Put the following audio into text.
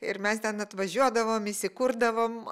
ir mes ten atvažiuodavom įsikurdavom